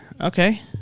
Okay